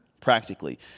practically